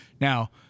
Now